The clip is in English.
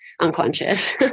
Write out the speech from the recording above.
unconscious